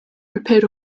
prepared